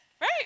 Right